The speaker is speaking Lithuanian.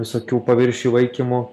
visokių paviršių vaikymų